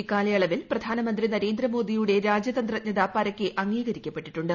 ഇക്കാലയളവിൽ പ്രധാന്റുക്ടുതി നരേന്ദ്ര മോദിയുടെ രാജ്യ തന്ത്രജ്ഞത പരക്കെ അംഗീകരിക്കപ്പെട്ട്ീട്ടുണ്ട്